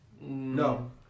No